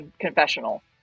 confessional